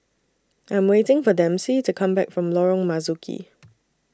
I Am waiting For Dempsey to Come Back from Lorong Marzuki